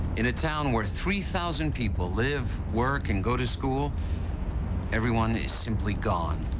in a town where three thousand people live work and go to school everyone is simply gone.